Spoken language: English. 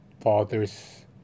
father's